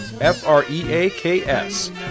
F-R-E-A-K-S